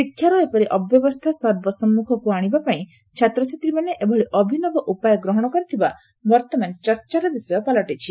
ଶିକ୍ଷାର ଏପରି ଅବ୍ୟବସ୍କା ସର୍ବସମ୍ମୁଖକୁ ଆଶିବା ପାଇଁ ଛାତ୍ରଛାତ୍ରୀମାନେ ଏଭଳି ଅଭିନବ ଉପାୟ ଗ୍ରହଶ କରିଥିବା ବର୍ଉମାନ ଏକ ଚର୍ଚ୍ଚାର ବିଷୟ ପାଲଟିଛି